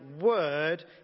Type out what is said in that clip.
word